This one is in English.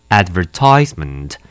advertisement